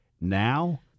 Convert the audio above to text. Now